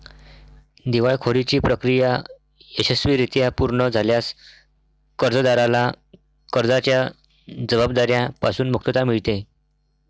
दिवाळखोरीची प्रक्रिया यशस्वीरित्या पूर्ण झाल्यास कर्जदाराला कर्जाच्या जबाबदार्या पासून मुक्तता मिळते